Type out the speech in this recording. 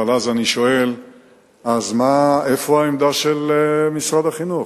אז אני שואל איפה העמדה של משרד החינוך.